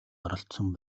оролдсон